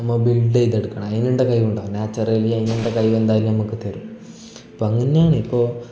നമ്മൾ ബിൽഡ് ചെയ്തെടുക്കണം അതിനുള്ള കയിവുണ്ട നാച്ചൊറലി അതിനുള്ള കഴിവെന്തായാലും നമുക്ക് തരും ഇപ്പോൾ അങ്ങന്നാണ് ഇപ്പോൾ